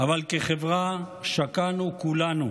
אבל כחברה שקענו כולנו